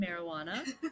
marijuana